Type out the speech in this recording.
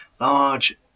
large